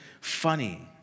funny